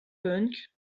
punk